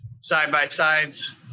side-by-sides